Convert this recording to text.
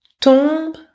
tombe